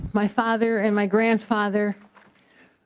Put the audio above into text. my father and my grandfather